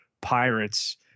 pirates